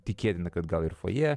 tikėtina kad gal ir fojė